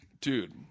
Dude